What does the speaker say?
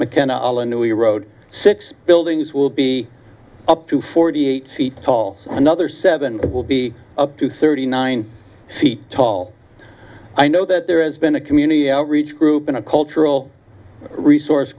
mckenna all a new road six buildings will be up to forty eight feet tall another seven will be up to thirty nine feet tall i know that there has been a community outreach group in a cultural resource